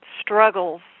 struggles